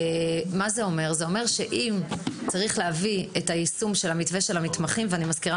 זה אומר שאם צריך להביא את היישום של המתווה של המתמחים ואני מזכירה